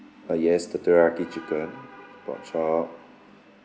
uh yes the teriyaki chicken pork chop